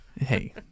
Hey